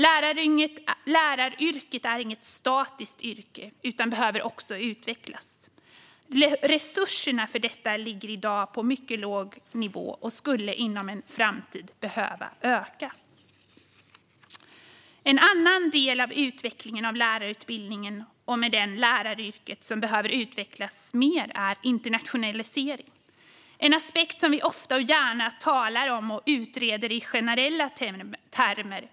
Läraryrket är inget statiskt yrke, utan det behöver också utvecklas. Resurserna för detta ligger i dag på en mycket låg nivå och skulle inom en framtid behöva öka. En annan del av lärarutbildningen, och med den läraryrket, som behöver utvecklas mer är internationaliseringen. Det är en aspekt som vi ofta och gärna talar om och utreder i generella termer.